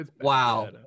wow